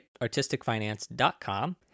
artisticfinance.com